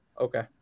Okay